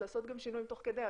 לעשות גם שינויים תוך כדי,